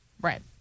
Right